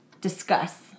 discuss